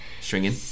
stringing